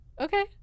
Okay